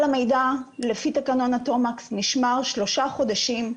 כל המידע לפי תקנון התומקס נשמר שלושה חודשים.